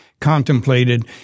contemplated